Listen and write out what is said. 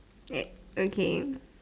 eh okay